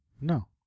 No